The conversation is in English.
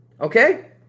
okay